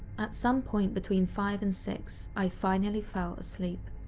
at some point between five and six, i finally fell asleep.